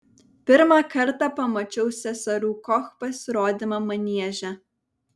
pirmą kartą pamačiau seserų koch pasirodymą manieže